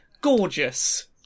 Gorgeous